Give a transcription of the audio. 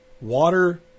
Water